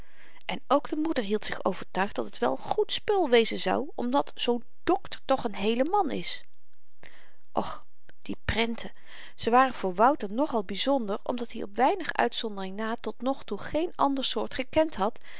en ook de moeder hield zich overtuigd dat het wel goed spul wezen zou omdat zoo'n dokter toch n heele man is och die prenten ze waren voor wouter nogal byzonder omdat i op weinig uitzondering na tot nog toe geen ander soort gekend had